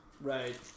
Right